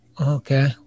Okay